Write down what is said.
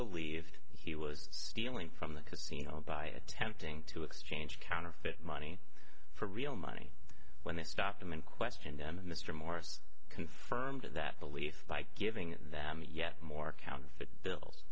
believed he was stealing from the casino by attempting to exchange counterfeit money for real money when they stopped him and questioned mr morris confirmed that belief by giving them yet more counterfeit bills